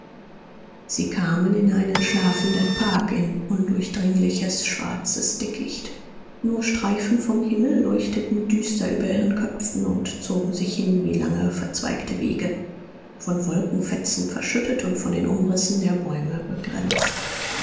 sie kamen in einen schlafenden park in undurchdringliches schwarzes dickicht nur streifen vom himmel leuchteten düster über ihren köpfen und zogen sich hin wie lange verzweigte wege von wolkenfetzen verschüttet und von den umrissen der bäume begrenzt